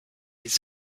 his